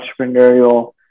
entrepreneurial